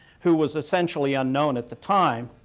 who was essentially unknown at the time,